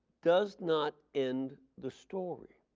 does not end the story.